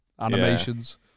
animations